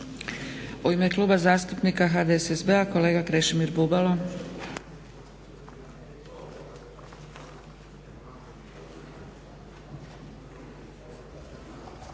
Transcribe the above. U ime Kluba zastupnika HDSSB-a kolega Krešimir Bubalo.